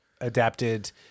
adapted